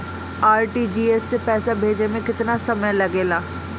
RTGS से पैसा भेजे में केतना समय लगे ला?